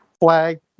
flag